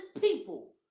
people